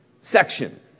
section